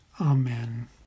Amen